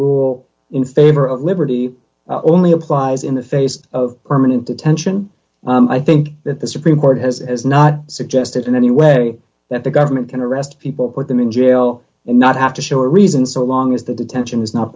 rule in favor of liberty only applies in the face of permanent detention i think that the supreme court has as not suggested in any way that the government can arrest people put them in jail and not have to show a reason so long as the detention is not